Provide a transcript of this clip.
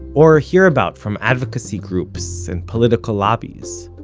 or hear about from advocacy groups and political lobbies.